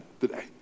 today